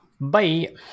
Bye